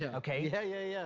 yeah okay? yeah, yeah, yeah.